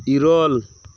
ᱤᱨᱟᱹᱞ